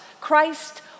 Christ